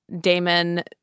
Damon